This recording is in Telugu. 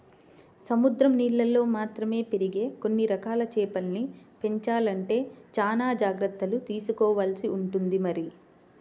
సముద్రం నీళ్ళల్లో మాత్రమే పెరిగే కొన్ని రకాల చేపల్ని పెంచాలంటే చానా జాగర్తలు తీసుకోవాల్సి ఉంటుంది మరి